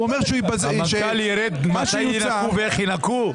הוא אומר ש --- המנכ"ל יירד מתי ינקו ואיך ינקו?